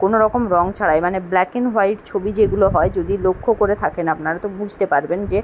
কোনো রকম রং ছাড়াই মানে ব্ল্যাক এন্ড হোয়াইট ছবি যেগুলো হয় যদি লক্ষ্য করে থাকেন আপনারা তো বুঝতে পারবেন যে